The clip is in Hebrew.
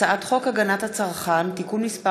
הצעת חוק הגנת הצרכן (תיקון מס'